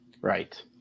Right